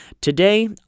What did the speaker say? Today